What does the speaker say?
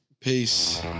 Peace